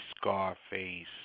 Scarface